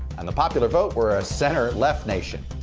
and the popular vote, we're a center left nation.